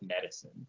medicine